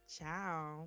Ciao